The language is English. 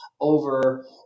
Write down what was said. over